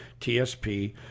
TSP